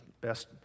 best